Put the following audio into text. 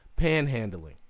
Panhandling